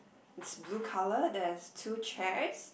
which is blue colour there's two chairs